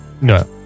No